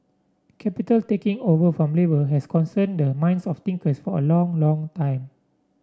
capital taking over from labour has concerned the minds of thinkers for a long long time